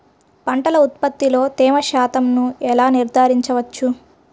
పంటల ఉత్పత్తిలో తేమ శాతంను ఎలా నిర్ధారించవచ్చు?